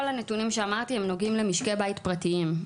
כל הנתונים שאמרתי הם נוגעים למשקי בית פרטיים.